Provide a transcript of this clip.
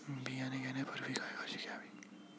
बियाणे घेण्यापूर्वी काय काळजी घ्यावी?